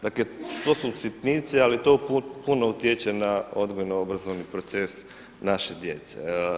Dakle, to su sitnice, ali to puno utječe na odgojno-obrazovni proces naše djece.